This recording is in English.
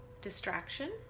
distraction